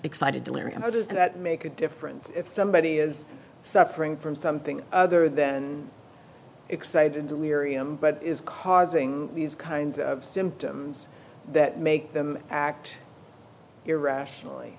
excited delirium or does that make a difference if somebody is suffering from something other than excited delirium but is causing these kinds of symptoms that make them act irrationally